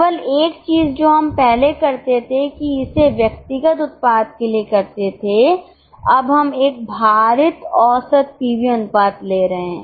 केवल एक चीज जो हम पहले करते थे कि इसे व्यक्तिगत उत्पाद के लिए करते थे अब हम एक भारित औसत पीवी अनुपात ले रहे हैं